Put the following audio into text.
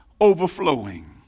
overflowing